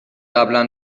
قبلا